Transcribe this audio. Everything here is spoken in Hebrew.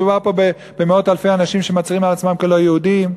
מדובר פה במאות אלפי אנשים שמצהירים על עצמם כלא יהודים.